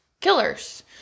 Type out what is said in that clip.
killers